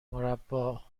مربّا